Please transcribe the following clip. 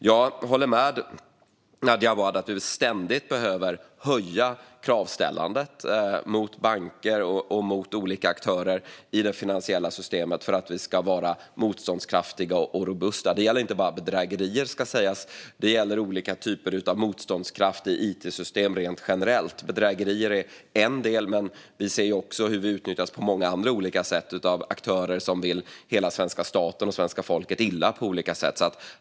Jag håller med Nadja Awad om att vi ständigt behöver höja de krav vi ställer på banker och andra aktörer i det finansiella systemet för att vi ska vara motståndskraftiga och robusta. Det gäller inte bara bedrägerier, ska sägas, utan också motståndskraft i it-system rent generellt. Bedrägerier är en del, men vi ser också hur systemen utnyttjas på många andra sätt av aktörer som vill svenska staten och svenska folket illa.